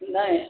नहीं